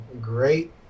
great